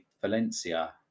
Valencia